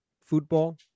football